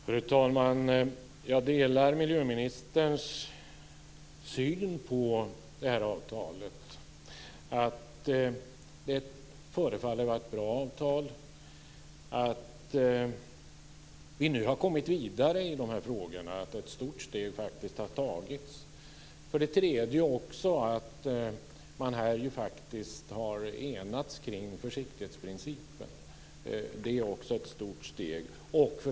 Fru talman! Jag delar miljöministerns syn på det här avtalet. Det förefaller vara ett bra avtal. Vi har nu kommit vidare i de här frågorna. Ett stort steg har faktiskt tagits. Dessutom har man här faktiskt enats kring försiktighetsprincipen; det är också ett stort steg.